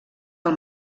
del